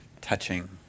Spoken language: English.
touching